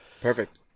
Perfect